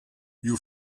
you